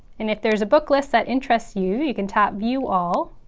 and if there's a book list that interests you you can tap view all